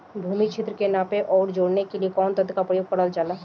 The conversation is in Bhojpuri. भूमि क्षेत्र के नापे आउर जोड़ने के लिए कवन तंत्र का प्रयोग करल जा ला?